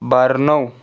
Brno